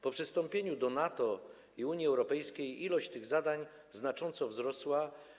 Po przystąpieniu do NATO i Unii Europejskiej ilość tych zadań znacząco wzrosła.